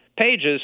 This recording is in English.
pages